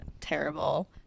terrible